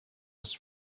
was